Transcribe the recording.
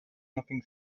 nothing